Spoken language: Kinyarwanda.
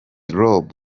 rob